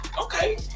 okay